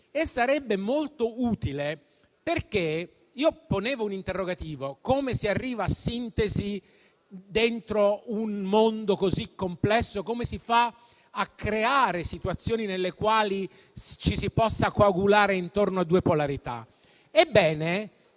sarebbe molto utile, perché io ponevo un interrogativo: come si arriva a una sintesi dentro un mondo così complesso, come si fa a creare situazioni nelle quali ci si possa coagulare intorno a due polarità?